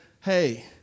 hey